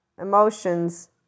emotions